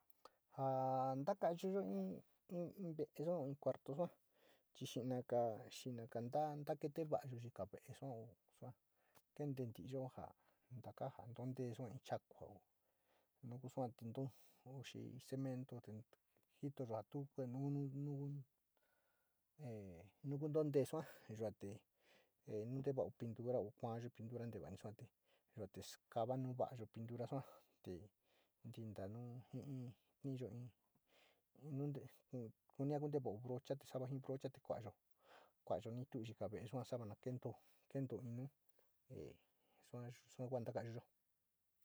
Ja ntaka´auuyo in, in ve´eyo in cuarto sua chi sinaga xinakata nakete va´ayo jika ve´e sua sua tente ntiryo ku ja taka ja ntutete in chaa kua no ku sua ntintuo o xi cemento jito pintura te suate skaana varayo pintura sua te tiita nu ji in iyo in, kun kinte vao brocha te sua ji brocha te kudayo ni to jita ve´e sua sava na keento inu, sua kuja naka´ayuyo.